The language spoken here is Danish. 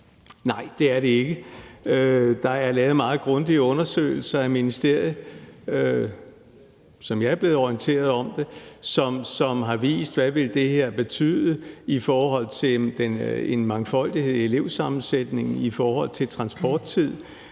Nej, det er det ikke. Som jeg er blevet orienteret om det, er der af ministeriet lavet meget grundige undersøgelser, som har vist, hvad det her ville betyde i forhold til en mangfoldighed i elevsammensætningen, i forhold til transporttid.